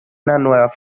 nuevas